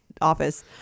office